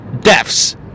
deaths